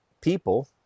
people